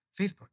Facebook